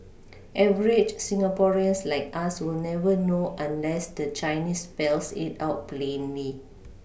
Average Singaporeans like us will never know unless the Chinese spells it out plainly